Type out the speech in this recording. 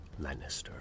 Lannister